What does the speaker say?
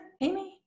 Amy